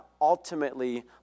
ultimately